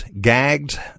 gagged